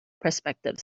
prospective